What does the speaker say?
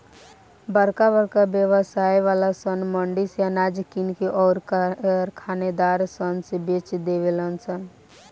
बरका बरका व्यवसाय वाला सन मंडी से अनाज किन के अउर कारखानेदार सन से बेच देवे लन सन